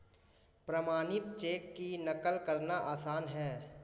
प्रमाणित चेक की नक़ल करना आसान है